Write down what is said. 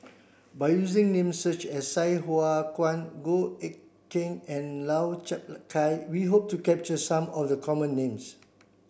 by using names such as Sai Hua Kuan Goh Eck Kheng and Lau Chiap Khai we hope to capture some of the common names